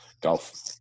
Golf